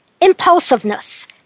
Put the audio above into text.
impulsiveness